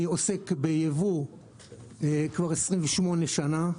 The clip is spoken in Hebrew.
אני עוסק בייבוא כבר 28 שנים.